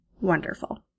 wonderful